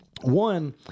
One